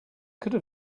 could